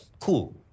cool